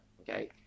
okay